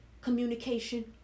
communication